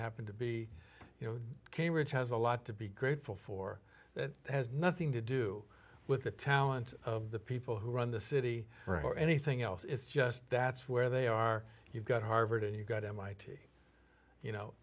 happen to be you know cambridge has a lot to be grateful for that has nothing to do with the talent of the people who run the city or anything else it's just that's where they are you've got harvard and you've got mit you know